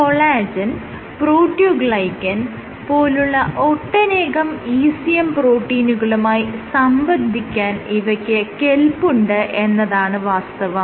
collagen proteoglycan പോലുള്ള ഒട്ടനേകം ECM പ്രോട്ടീനുകളുമായി സംബന്ധിക്കാൻ ഇവയ്ക്ക് കെൽപ്പുണ്ട് എന്നതാണ് വാസ്തവം